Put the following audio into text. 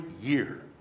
year